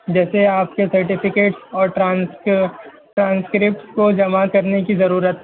جیسے آپ کے سرٹیفکٹ اور ٹرانسکرپٹ کو جمع کرنے کی ضرورت